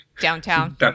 downtown